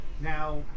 now